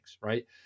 right